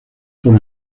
por